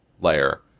layer